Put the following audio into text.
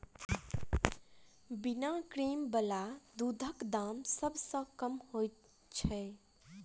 बिना क्रीम बला दूधक दाम सभ सॅ कम होइत छै